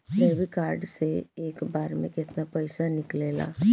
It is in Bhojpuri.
डेबिट कार्ड से एक बार मे केतना पैसा निकले ला?